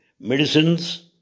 medicines